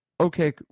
Okay